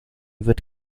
wird